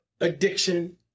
addiction